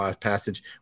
Passage